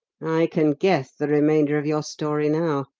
i can guess the remainder of your story now.